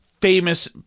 famous